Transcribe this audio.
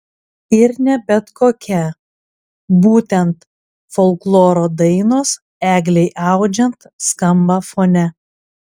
ir ne bet kokia būtent folkloro dainos eglei audžiant skamba fone